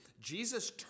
Jesus